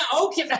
okay